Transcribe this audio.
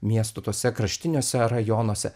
miestų tuose kraštiniuose rajonuose